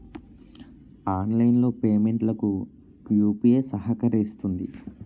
online payment లకు UPI సహకరిస్తుంది